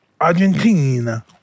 Argentina